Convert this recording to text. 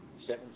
Seven